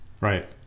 right